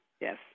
Yes